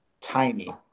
Tiny